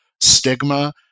stigma